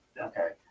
Okay